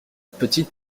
petite